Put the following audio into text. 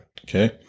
Okay